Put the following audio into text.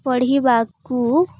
ପଢ଼ିବାକୁ